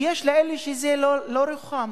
יש כאלה שזה לא לרוחם,